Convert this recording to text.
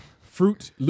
Fruit